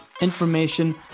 information